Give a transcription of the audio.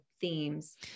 themes